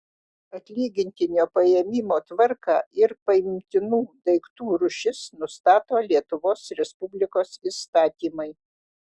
atlygintinio paėmimo tvarką ir paimtinų daiktų rūšis nustato lietuvos respublikos įstatymai